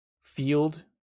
field